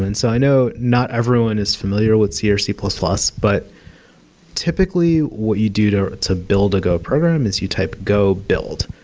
and so i know not everyone is familiar with c or c plus plus, but typically what you do to to build a go program is you type go build,